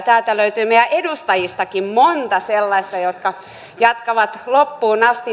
täältä löytyy meidän edustajistakin monta sellaista jotka jatkavat loppuun asti